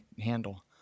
handle